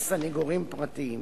וסניגורים פרטיים.